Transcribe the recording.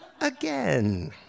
again